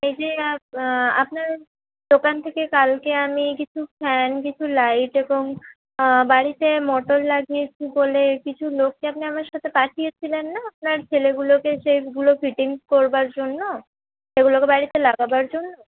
এই যে আপনার আপনার দোকান থেকে কালকে আমি কিছু ফ্যান কিছু লাইট এবং বাড়িতে মটোর লাগিয়েছি বলে কিছু লোককে আপনি আমার সাথে পাঠিয়ে ছিলেন না আপনার ছেলেগুলোকে সেগুলো ফিটিংস করবার জন্য সেগুলোকে বাড়িতে লাগাবার জন্য